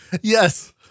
Yes